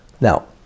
Now